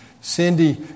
Cindy